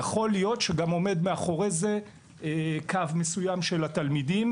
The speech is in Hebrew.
יכול להיות שגם עומד מאחורי זה קו מסוים של תלמידים,